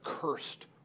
cursed